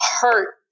hurt